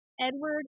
Edward